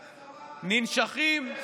ננשכים.